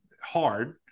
hard